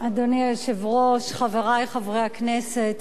אדוני היושב-ראש, חברי חברי הכנסת,